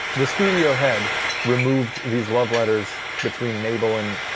the studio head removed these love letters between mabel and.